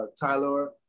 Tyler